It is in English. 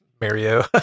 Mario